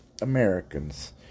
Americans